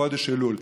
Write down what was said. בחודש אלול.